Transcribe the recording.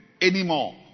anymore